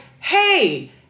hey